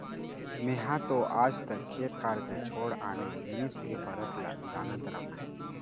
मेंहा तो आज तक खेत खार के छोड़ आने जिनिस के फरक ल जानत रहेंव